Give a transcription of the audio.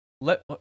let